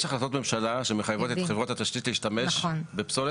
יש החלטות ממשלה שמחייבות את חברות התשתית להשתמש בפסולת,